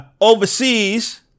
overseas